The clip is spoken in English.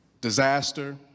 disaster